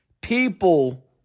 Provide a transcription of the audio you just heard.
People